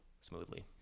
smoothly